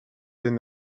این